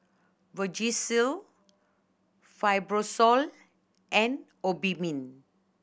Vagisil Fibrosol and Obimin